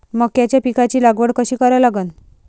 मक्याच्या पिकाची लागवड कशी करा लागन?